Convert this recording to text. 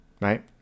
Right